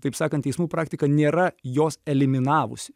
taip sakant teismų praktika nėra jos eliminavusi